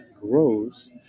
Grows